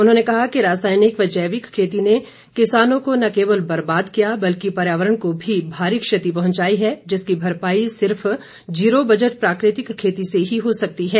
उन्होंने कहा कि रासायनिक व जैविक खेती ने किसानों को न केवल बर्बाद किया बल्कि पर्यावरण को भी भारी क्षति पहुंचाई है जिसकी भरपाई सिर्फ जीरो बजट प्राकृतिक खेती से ही हो सकती है